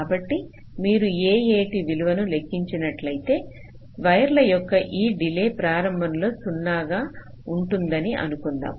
కాబట్టి మీరు AAT విలువను లెక్కించినట్లయితే వైర్ల యొక్క ఈ డిలే ప్రారంభంలో 0 గా ఉంటుందని అనుకుందాం